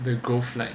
the growth like